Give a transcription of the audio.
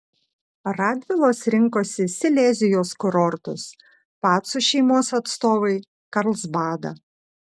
radvilos rinkosi silezijos kurortus pacų šeimos atstovai karlsbadą